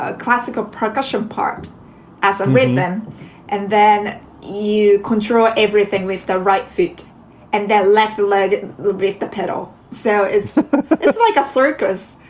ah classical percussion part as um a then and then you control everything with the right fit and that left leg with with the pedal. so it's like a circus,